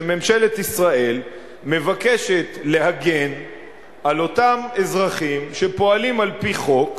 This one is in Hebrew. שממשלת ישראל מבקשת להגן על אותם אזרחים שפועלים על-פי חוק,